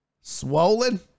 swollen